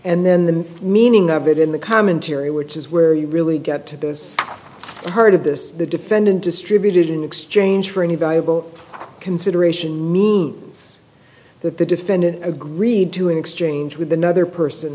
and then the meaning of it in the commentary which is where you really get to the heart of this the defendant distributed in exchange for any viable consideration means the defendant agreed to an exchange with another person